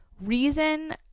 reason